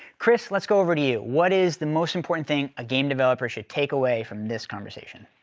chris let's go over to you. what is the most important thing a game developer should take away from this conversation?